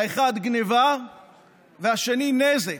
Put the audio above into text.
האחד, גנבה והשני, נזק.